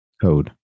code